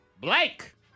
Blake